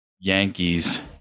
Yankees